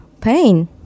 pain